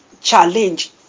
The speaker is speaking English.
challenge